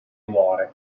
muore